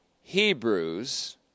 Hebrews